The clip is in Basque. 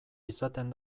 izaten